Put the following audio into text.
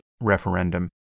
referendum